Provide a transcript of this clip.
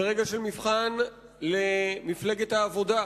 זה רגע של מבחן למפלגת העבודה,